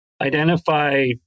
identify